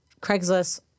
Craigslist